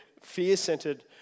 fear-centered